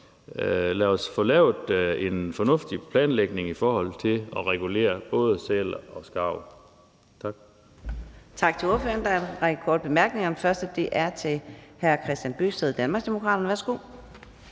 lad os få lavet en fornuftig planlægning i forhold til at regulere både sæler og skarv. Tak.